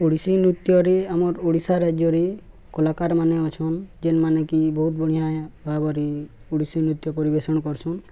ଓଡ଼ିଶୀ ନୃତ୍ୟରେ ଆମର୍ ଓଡ଼ିଶା ରାଜ୍ୟରେ କଳାକାରମାନେେ ଅଛନ୍ ଯେନ୍ ମାନେକି ବହୁତ ବଢ଼ିଆଁ ଭାବରେ ଓଡ଼ିଶୀ ନୃତ୍ୟ ପରିବେଷଣ କରସନ୍